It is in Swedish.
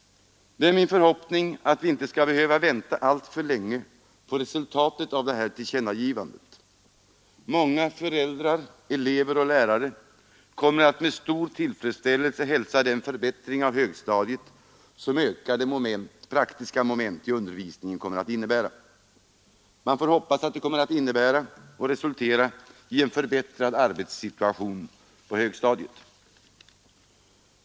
Det är min förhoppning att vi inte skall behöva vänta alltför länge på resultatet av det här tillkännagivandet. Många föräldrar, elever och lärare kommer att med stor tillfredsställelse hälsa den förbättring av högstadiet som ökade praktiska moment i undervisningen kommer att innebära. Man får hoppas att det kommer att resultera i en förbättrad arbetssituation på högstadiet.